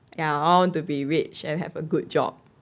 ya I want to be rich and have a good job